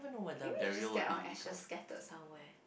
maybe we should just get our ashes scattered somewhere